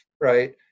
right